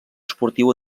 esportiu